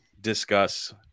discuss